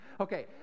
Okay